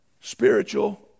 spiritual